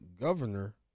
governor